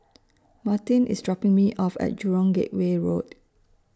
Martine IS dropping Me off At Jurong Gateway Road